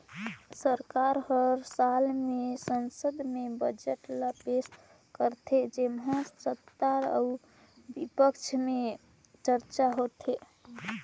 सरकार हर साल में संसद में बजट ल पेस करथे जेम्हां सत्ता अउ बिपक्छ में चरचा होथे